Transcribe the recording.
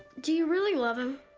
do you really love him?